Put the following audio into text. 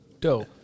Dope